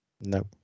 No